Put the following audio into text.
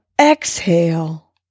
exhale